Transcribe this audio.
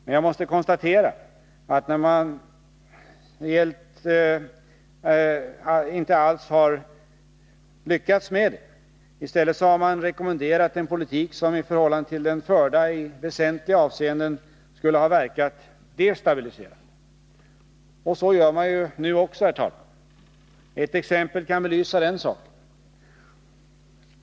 Men jag måste konstatera att man när det gällt att ta ställning inte alls har förordat en sådan politik. I stället har man rekommenderat en politik som i förhållande till den förda i väsentliga avseenden skulle ha verkat destabiliserande. Så gör man nu också. Ett exempel kan belysa den saken.